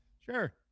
Sure